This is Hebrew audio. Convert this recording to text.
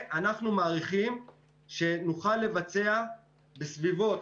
ואנחנו מעריכים שנוכל לבצע בסביבות